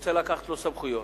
רוצה לקחת לו סמכויות,